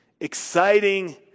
exciting